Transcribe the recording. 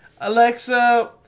Alexa